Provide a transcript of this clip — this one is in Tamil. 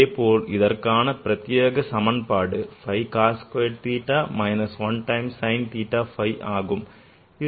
அதேபோல் இதற்கென பிரத்தியேக சமன்பாடு 5 cos squared theta minus 1 times the sin theta cos phi ஆகும்